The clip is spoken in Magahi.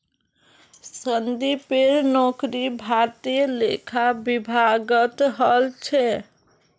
संदीपेर नौकरी भारतीय लेखा विभागत हल छ